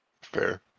Fair